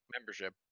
membership